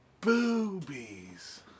Boobies